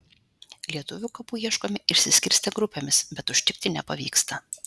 lietuvių kapų ieškome išsiskirstę grupėmis bet užtikti nepavyksta